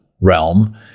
realm